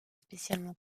spécialement